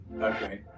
Okay